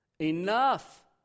enough